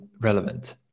relevant